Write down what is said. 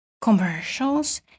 commercials